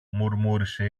μουρμούρισε